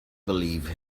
believe